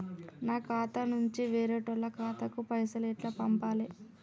నా ఖాతా నుంచి వేరేటోళ్ల ఖాతాకు పైసలు ఎట్ల పంపాలే?